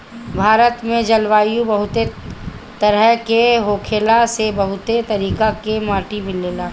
भारत में जलवायु बहुत तरेह के होखला से बहुत तरीका के माटी मिलेला